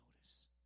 notice